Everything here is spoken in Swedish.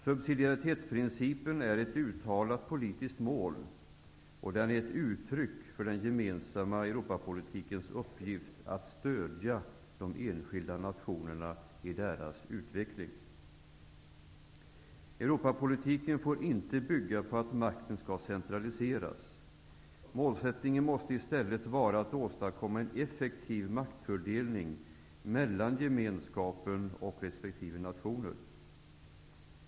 Subsidiaritetsprincipen är ett uttalat politiskt mål. Den är ett uttryck för den gemensamma Europapolitikens uppgift, att stödja de enskilda nationerna i deras utveckling. Europapolitiken får inte bygga på att makten skall centraliseras. Målsättningen måste i stället vara att åstadkomma en effektiv maktfördelning mellan Gemenskapen och nationerna.